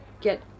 get